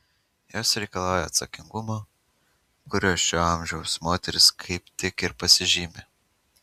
jos reikalauja atsakingumo kuriuo šio amžiaus moterys kaip tik ir pasižymi